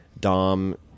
Dom